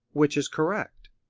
which is correct?